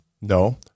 No